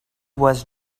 was